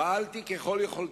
פעלתי ככל יכולתי,